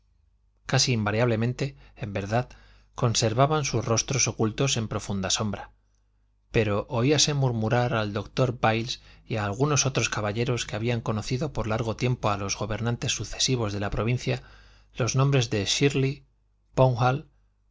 casi invariablemente en verdad conservaban sus rostros ocultos en profunda sombra pero oíase murmurar al doctor byles y a algunos otros caballeros que habían conocido por largo tiempo a los gobernadores sucesivos de la provincia los nombres